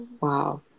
wow